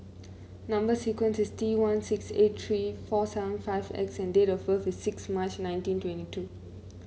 number sequence is T one six eight three four seven five X and date of birth is six March nineteen twenty two